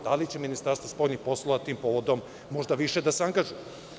Da li će Ministarstvo spoljnih poslova tim povodom možda više da se angažuje?